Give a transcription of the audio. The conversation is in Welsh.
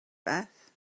beth